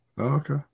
okay